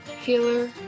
healer